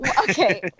Okay